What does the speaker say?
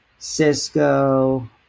cisco